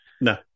No